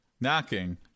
knocking